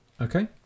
Okay